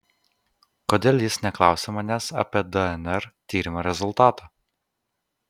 kodėl jis neklausia manęs apie dnr tyrimo rezultatą